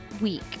week